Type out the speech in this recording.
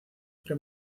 pre